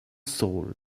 soul